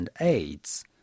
AIDS